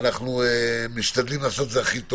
אנחנו משתדלים לעשות את זה הכי טוב.